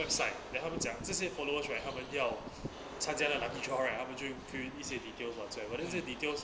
website then 他们讲这些 followers right 他们要参加那 lucky draw right 他们就 fill in details whatsoever then 这支 details